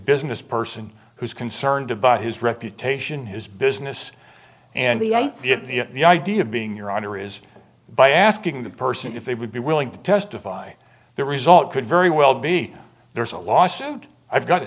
business person who's concerned about his reputation his business and the of the idea of being your honor is by asking the person if they would be willing to testify the result could very well be there's a lawsuit i've got to